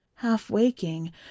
half-waking